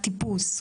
הטיפוס,